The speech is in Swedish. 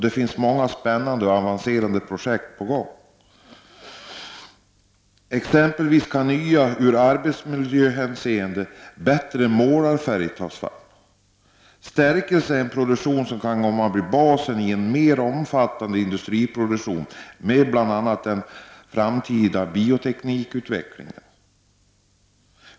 Det finns många spännande projekt på gång. Exempelvis kan nya och ur arbetsmiljöhänseende bättre målarfärger utvecklas. Stärkelse är en produkt som kan komma att bli basen i en mer omfattande industriproduktion. Detta kan ske med hjälp av bl.a. den framtida bioteknikutvecklingen.